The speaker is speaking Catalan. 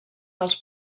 dels